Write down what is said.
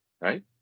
right